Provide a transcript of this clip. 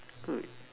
good